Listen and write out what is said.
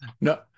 no